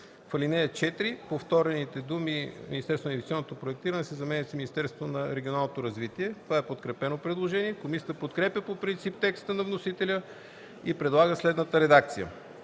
„В ал. 4 повторените думи „Министерство на инвестиционното проектиране” се заменят с „Министерство на регионалното развитие”.” Комисията подкрепя предложението. Комисията подкрепя по принцип текста на вносителя и предлага следната редакция